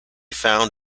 found